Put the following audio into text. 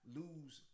lose